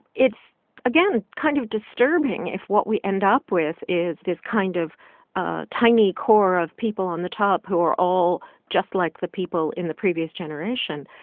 it's again kind of disturbing if what we end up with is this kind of ah tiny core of people on the top who are all just like the people in the previous generation.